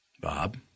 Bob